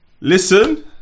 Listen